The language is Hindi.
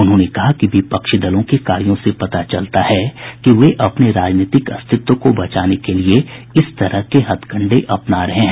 उन्होंने कहा कि विपक्षी दलों के कार्यो से पता चलता है कि वे अपने राजनीतिक अस्तित्व को बचाने के लिए इस तरह के हथकंडे अपना रहे हैं